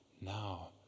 now